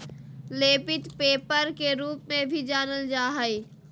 लेपित पेपर के रूप में भी जानल जा हइ